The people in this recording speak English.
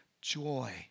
joy